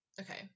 Okay